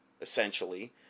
essentially